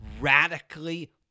radically